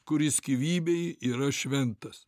kuris gyvybei yra šventas